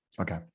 Okay